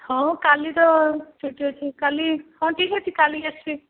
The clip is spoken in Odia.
ହଉ କାଲି ତ ଛୁଟି ଅଛି କାଲି ହଁ ଠିକ୍ ଅଛି କାଲିକି ଆସିବି